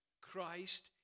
Christ